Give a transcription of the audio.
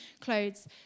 clothes